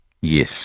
Yes